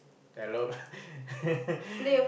then I loud